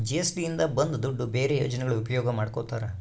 GST ಇಂದ ಬಂದ್ ದುಡ್ಡು ಬೇರೆ ಯೋಜನೆಗಳಿಗೆ ಉಪಯೋಗ ಮಾಡ್ಕೋತರ